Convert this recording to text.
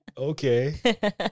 Okay